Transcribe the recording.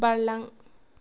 बारलां